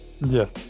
yes